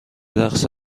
رقص